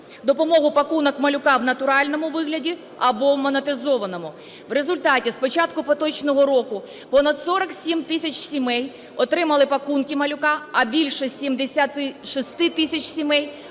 допомогу "пакунок малюка" в натуральному вигляді або в монетизованому. В результаті з початку поточного року понад 47 тисяч сімей отримали "пакунки малюка", а більше 76 тисяч сімей